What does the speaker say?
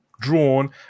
drawn